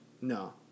No